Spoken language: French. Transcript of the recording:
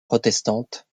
protestantes